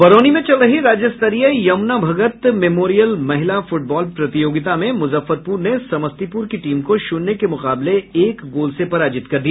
बरौनी में चल रही राज्यस्तरीय यमुना भगत मेमोरियल महिला फुटबॉल प्रतियोगिता में मुजफ्फरपुर ने समस्तीपुर की टीम को शुन्य के मुकाबले एक गोल से पराजित कर दिया